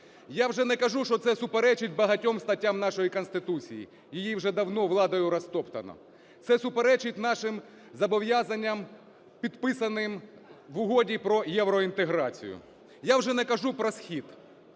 Я вже не кажу, що це суперечить багатьом статтям нашої Конституції, її вже давно владою розтоптано. Це суперечить нашим зобов'язанням, підписаним в Угоді про євроінтеграцію. Я вже не кажу про схід,